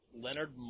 Leonard